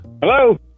Hello